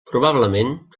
probablement